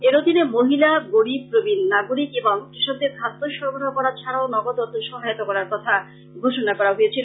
এর অধীনে মহিলা গরীব প্রবীন নাগরিক এবং কৃষকদের খাদ্য সরবরাহ করা ছাড়াও নগদ অর্থ সহায়তা করার কথা ঘোষণা করা হয়েছিল